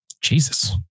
Jesus